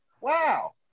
Wow